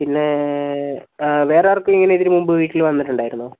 പിന്നേ വേറെ ആർക്കും ഇങ്ങനെ ഇതിന് മുമ്പേ വീട്ടിൽ വന്നിട്ടുണ്ടായിരുന്നോ